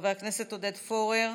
חבר הכנסת עודד פורר,